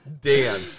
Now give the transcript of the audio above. Dan